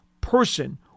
person